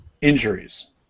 injuries